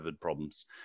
problems